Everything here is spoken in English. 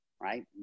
Right